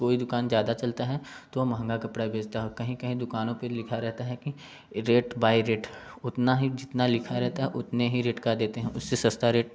कोई दुकान ज़्यादा चलता है तो वह महंगा कपड़ा बेचता है और कहीं कहीं दुकानों पे लिखा रहता है कि रेट बाइ रेट उतना ही जितना लिखा रहता है उतने ही रेट का देते हैं उससे सस्ता रेट